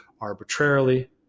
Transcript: arbitrarily